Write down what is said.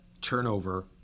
turnover